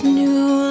new